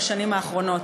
בשנים האחרונות.